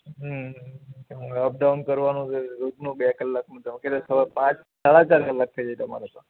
હં હવે up down કરવાનું જ હોય રોજનું બે કલાક સવારે તમારે કેટલાં પાંચ સાડા ચાર કલાક થઈ જતાં મારે તો